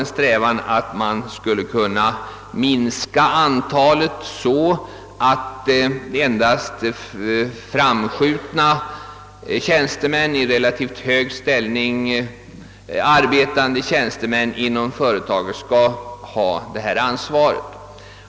En strävan har varit att få ned antalet, så att endast tjänstemän i relativt hög ställning inom företaget skall ha ansvaret.